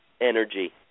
energy